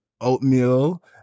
oatmeal